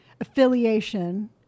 affiliation